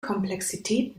komplexität